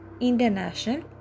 International